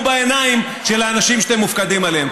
בעיניים של האנשים שאתם מופקדים עליהם.